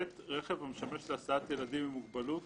רכב המשמש להסעת ילדים עם מוגבלות